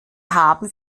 haben